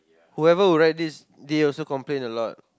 whoever who write this they also complain a lot